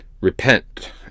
Repent